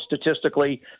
statistically